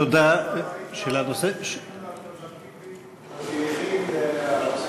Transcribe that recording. האם לתכנון האלטרנטיבי, סליחה.